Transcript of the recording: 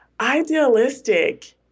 Idealistic